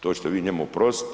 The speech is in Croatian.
To ćete vi njemu oprostiti.